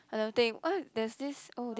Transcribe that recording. I don't think oh there's this oh d~